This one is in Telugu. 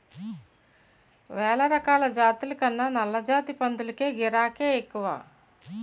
వేలరకాల జాతుల కన్నా నల్లజాతి పందులకే గిరాకే ఎక్కువ